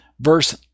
Verse